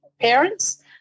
parents